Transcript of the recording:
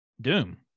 Doom